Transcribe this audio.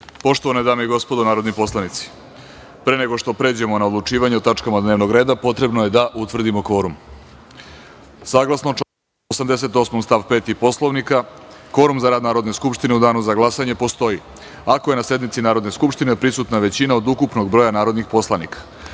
godini. Poštovan dame i gospodo narodni poslanici, pre nego što pređemo na odlučivanje o tačkama dnevnog reda potrebno je da utvrdimo kvorum. Saglasno članu 88. stav 5. Poslovnika, kvorum za rad Narodne skupštine u danu za glasanje postoji ako je na sednici Narodne skupštine prisutna većina od ukupnog broja narodnih poslanika. Molim